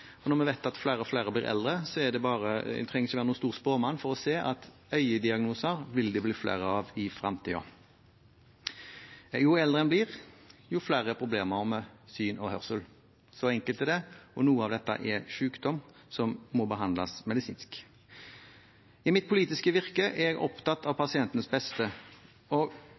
og når vi vet at flere og flere blir eldre, trenger en ikke være noen stor spåmann for å se at det vil bli flere øyediagnoser i fremtiden. Jo eldre en blir, jo flere problemer med syn og hørsel – så enkelt er det. Noen av disse er sykdommer som må behandles medisinsk. I mitt politiske virke er jeg opptatt av pasientenes beste, og